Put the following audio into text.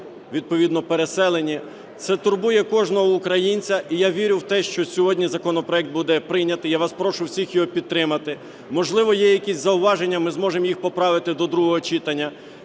відповідно переселеними. Це турбує кожного українця. І я вірю в те, що сьогодні законопроект буде прийнятий. Я вас прошу всіх його підтримати. Можливо, є якісь зауваження, ми зможемо їх поправити до другого читання,